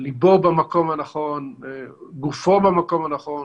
ליבו במקום הנכון וגופו במקום הנכון.